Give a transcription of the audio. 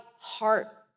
heart